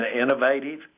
innovative